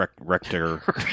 rector